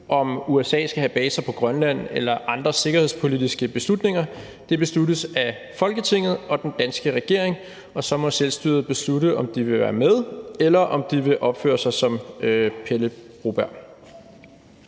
om USA skal have baser på Grønland eller andre sikkerhedspolitiske beslutninger. Det besluttes af Folketinget og den danske regering, og så må selvstyret beslutte, om de vil være med, eller om de vil opføre sig som Pele Broberg.